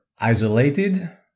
isolated